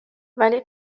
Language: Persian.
ولی